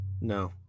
no